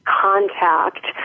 contact